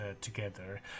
together